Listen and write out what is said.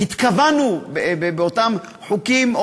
התכוונו באותם חוקים,